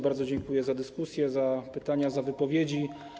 Bardzo dziękuję za dyskusję, za pytania, za wypowiedzi.